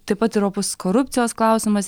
taip pat ir opus korupcijos klausimas